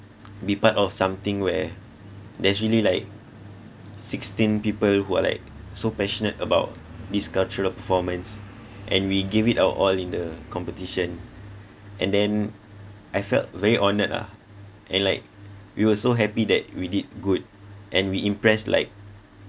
be part of something where there's really like sixteen people who are like so passionate about this cultural performance and we give it our all in the competition and then I felt very honoured ah and like we were so happy that we did good and we impress like